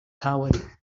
coward